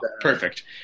Perfect